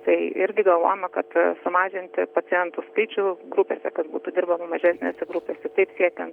tai irgi galvojama kad sumažinti pacientų skaičių grupėse kad būtų dirbama mažesnėse grupėse siekiant